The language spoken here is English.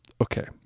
Okay